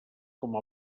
com